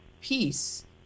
peace